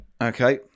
Okay